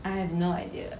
I have no idea